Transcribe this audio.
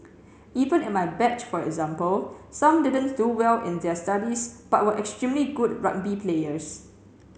even in my batch for example some didn't do well in their studies but were extremely good rugby players